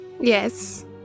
Yes